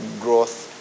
growth